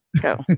Go